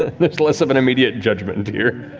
there's less of an immediate judgment and here.